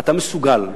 אתה מסוגל.